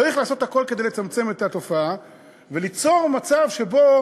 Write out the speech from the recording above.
צריך לעשות את הכול כדי לצמצם את התופעה וליצור מצב שרשויות,